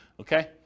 Okay